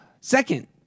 Second